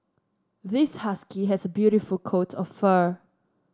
this husky has a beautiful coat of fur